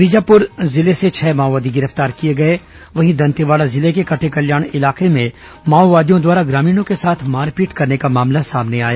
बीजापुर जिले से छह माओवादी गिरफ्तार किए गए वहीं दंतेवाड़ा जिले के कटेकल्याण इलाके में माओवादियों द्वारा ग्रामीणों के साथ मारपीट करने का मामला सामने आया